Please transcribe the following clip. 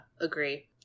agree